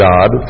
God